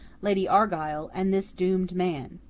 lady argyle, and this doomed man.